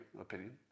opinion